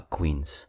Queens